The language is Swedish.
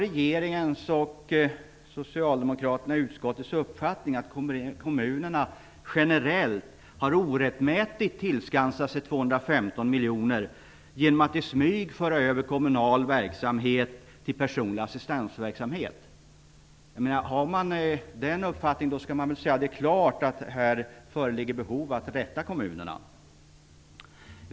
Regeringen och socialdemokraterna i utskottet kan väl inte vara av den uppfattningen att kommunerna generellt har orättmätigt tillskansat sig 215 miljoner genom att i smyg föra över kommunal verksamhet till personlig assistansverksamhet? Har man den uppfattningen skall man väl säga det och att det föreligger behov av att visa kommunerna till rätta.